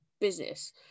business